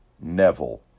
neville